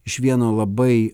iš vieno labai